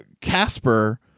Casper